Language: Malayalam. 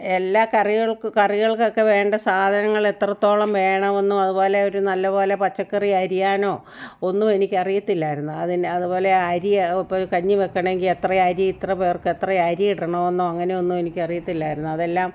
എല്ലാ കറികൾക്ക് കറികൾക്കൊക്കെ വേണ്ട സാധങ്ങളെത്രത്തോളം വേണമെന്നും അതുപോലെ ഒരു നല്ലപോലെ പച്ചക്കറി അരിയാനോ ഒന്നും എനിക്ക് അറിയത്തില്ലായിരുന്നു അതിന് അതുപോലെ അരി ഇപ്പം കഞ്ഞി വെക്കണമെങ്കിൽ എത്ര അരി ഇത്രപേർക്ക് എത്ര അരി ഇടണമെന്നോ അങ്ങനെ ഒന്നും എനിക്ക് അറിയത്തില്ലായിരുന്നു അതെല്ലാം